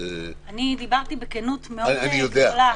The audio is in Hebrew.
דיברתי בכנות מאוד גדולה.